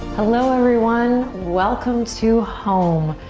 hello, everyone. welcome to home,